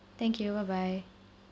thank you bye bye